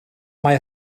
mae